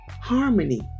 harmony